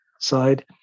side